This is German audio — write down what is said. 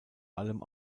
allem